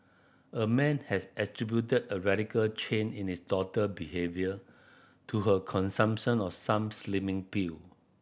a man has attributed a radical change in his daughter behaviour to her consumption of some slimming pill